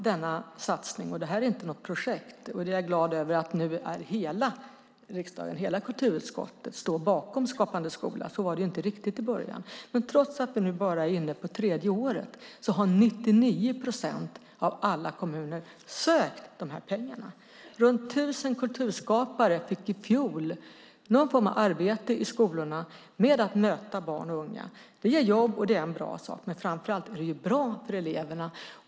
Det här är inte något projekt, och jag är glad att hela kulturutskottet och hela riksdagen nu står bakom Skapande skola. Så var det inte riktigt i början. Men trots att vi nu bara är inne på tredje året har 99 procent av alla kommuner sökt dessa pengar. Runt tusen kulturskapare fick i fjol någon form av arbete i skolorna med att möta barn och unga. Det ger jobb, och det är en bra sak, men framför allt blir det bra för eleverna.